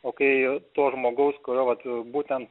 o kai to žmogaus kurio vat būtent